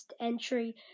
entry